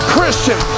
Christian